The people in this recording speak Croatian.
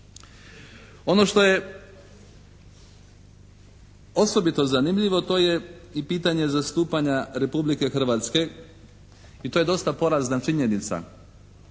Ono što je osobito zanimljivo to je i pitanje zastupanja Republike Hrvatske i to je dosta porazna činjenica